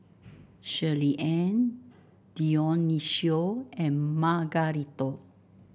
Shirleyann Dionicio and Margarito